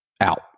out